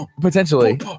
potentially